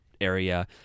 area